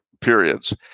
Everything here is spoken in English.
periods